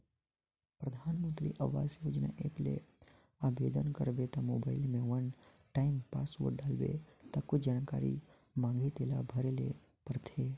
परधानमंतरी आवास योजना ऐप ले आबेदन करबे त मोबईल में वन टाइम पासवर्ड डालबे ता कुछु जानकारी मांगही तेला भरे ले परथे